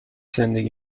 زندگی